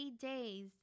days